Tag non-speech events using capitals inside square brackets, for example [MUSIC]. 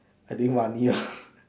I think one year [BREATH]